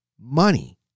money